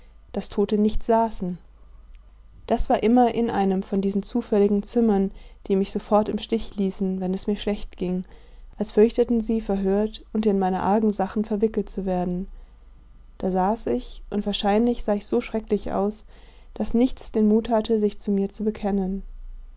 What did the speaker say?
daß tote nicht saßen das war immer in einem von diesen zufälligen zimmern die mich sofort im stich ließen wenn es mir schlecht ging als fürchteten sie verhört und in meine argen sachen verwickelt zu werden da saß ich und wahrscheinlich sah ich so schrecklich aus daß nichts den mut hatte sich zu mir zu bekennen